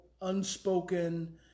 unspoken